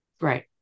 Right